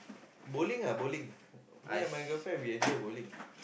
bowling ah bowling me and my girlfriend we enjoy bowling